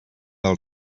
del